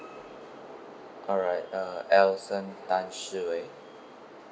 alright uh elson tan shi wei